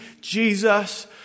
Jesus